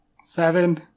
Seven